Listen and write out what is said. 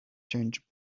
change